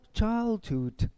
childhood